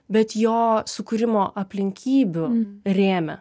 bet jo sukūrimo aplinkybių rėme